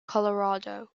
colorado